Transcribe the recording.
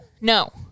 no